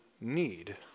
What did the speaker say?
need